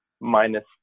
minus